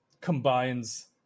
combines